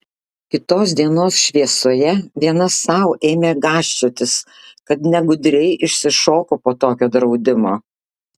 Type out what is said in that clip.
kitos dienos šviesoje viena sau ėmė gąsčiotis kad negudriai išsišoko po tokio draudimo